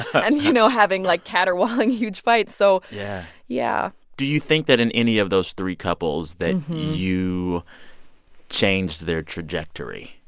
and, you know, having, like, caterwauling, huge fights. so. yeah. yeah do you think that in any of those three couples that you changed their trajectory?